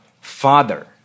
Father